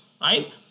right